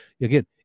again